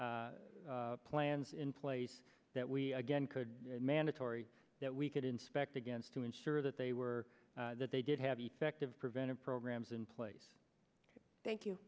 like plans in place that we again could mandatory that we could inspect against to ensure that they were that they did have effective preventive programs in place thank you